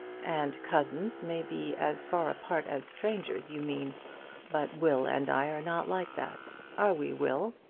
and cousins may be as far apart as strangers, you mean but will and i are not like that are we, will?